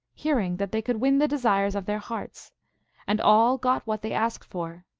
hearing that they could win the desires of their hearts and all got what they asked for,